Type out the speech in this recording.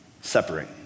Separate